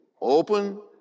open